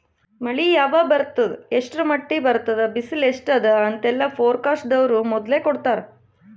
ಮಳಿ ಯಾವಾಗ್ ಬರ್ತದ್ ಎಷ್ಟ್ರ್ ಮಟ್ಟ್ ಬರ್ತದ್ ಬಿಸಿಲ್ ಎಸ್ಟ್ ಅದಾ ಅಂತೆಲ್ಲಾ ಫೋರ್ಕಾಸ್ಟ್ ದವ್ರು ಮೊದ್ಲೇ ಕೊಡ್ತಾರ್